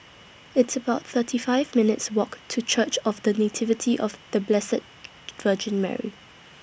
It's about thirty five minutes' Walk to Church of The Nativity of The Blessed Virgin Mary